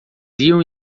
iam